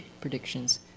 predictions